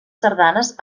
sardanes